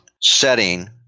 setting